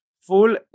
full